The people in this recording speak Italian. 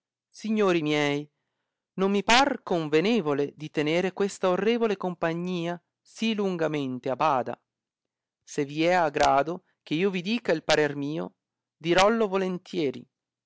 signori miei non mi par convenevole di tenere questa orrevole compagnia si lungamente a bada se vi è a grado che io vi dica il parer mio dirollo volentieri